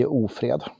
ofred